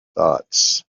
thoughts